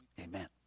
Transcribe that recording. Amen